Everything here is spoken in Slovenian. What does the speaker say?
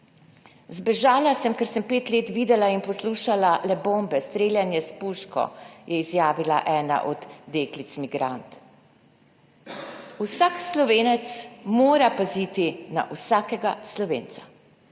Zbežala sem, ker sem pet let videla in poslušala le bombe, streljanje s puško, je izjavila ena od deklic migrantk. Vsak Slovenec mora paziti na vsakega Slovenca.